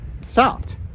stopped